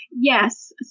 Yes